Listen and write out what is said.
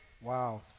Wow